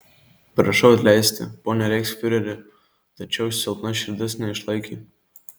prašau atleisti pone reichsfiureri tačiau silpna širdis neišlaikė